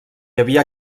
havia